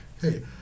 hey